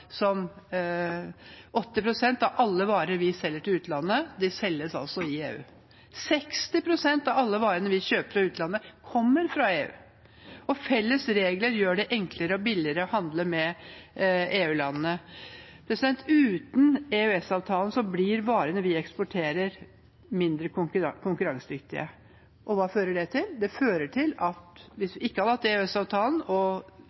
80 pst. av alle varer vi selger til utlandet, selges i EU, og at 60 pst. av alle varene vi kjøper fra utlandet, kommer fra EU. Felles regler gjør det enklere og billigere å handle med EU-landene. Uten EØS-avtalen blir varene vi eksporterer, mindre konkurransedyktige. Og hva fører det til? Hvis vi ikke hadde hatt EØS-avtalen og tilgang til dette markedet, hadde det